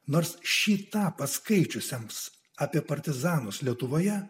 nors šį tą paskaičiusiems apie partizanus lietuvoje